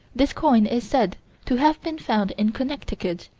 this coin is said to have been found in connecticut,